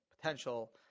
potential –